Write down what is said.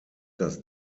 das